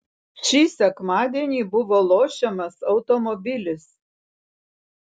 šį sekmadienį buvo lošiamas automobilis